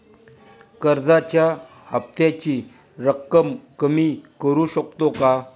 कर्जाच्या हफ्त्याची रक्कम कमी करू शकतो का?